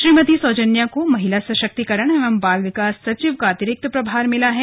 श्रीमति सौजन्या को महिला सशक्तीकरण एवं बाल विकास सचिव का अतिरिक्त प्रभार मिला है